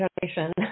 generation